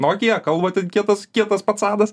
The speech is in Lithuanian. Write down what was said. nokia kalba ten kietas kietas pacanas